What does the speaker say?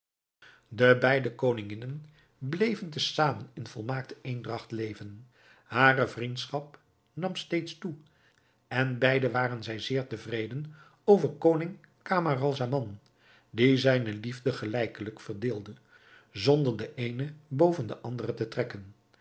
de beide koninginnen bleven te zamen in volmaakte eendragt leven hare vriendschap nam steeds toe en beide waren zij zeer tevreden over koning camaralzaman die zijne liefde gelijkelijk verdeelde zonder de eene boven de andere te trekken